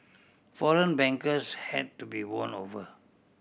foreign bankers had to be won over